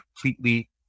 completely